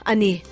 Ani